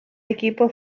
equipo